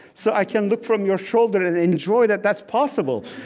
so i can look from your shoulder and enjoy that that's possible,